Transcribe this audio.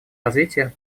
развитие